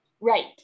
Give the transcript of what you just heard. right